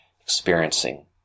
experiencing